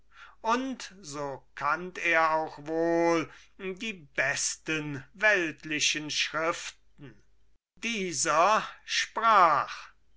und so kannt er auch wohl die besten weltlichen schriften dieser sprach